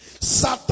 Satan